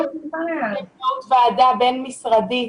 באמצעות ועדה בין-משרדית.